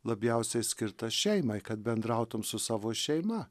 labiausiai skirta šeimai kad bendrautum su savo šeima